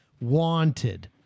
Wanted